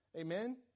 Amen